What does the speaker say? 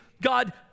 God